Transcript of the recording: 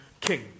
king